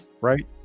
right